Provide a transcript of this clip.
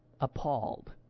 appalled